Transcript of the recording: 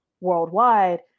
worldwide